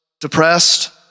depressed